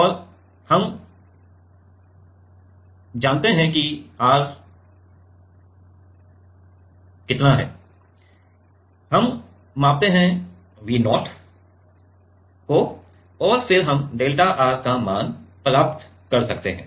इसलिए हम Vin को जानते हैं हम जानते हैं कि R हम मापते हैं V0 और फिर हम डेल्टा R का मान प्राप्त कर सकते हैं